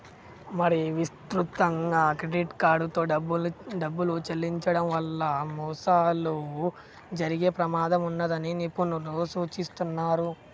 మరీ విస్తృతంగా క్రెడిట్ కార్డుతో డబ్బులు చెల్లించడం వల్ల మోసాలు జరిగే ప్రమాదం ఉన్నదని నిపుణులు సూచిస్తున్నరు